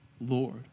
Lord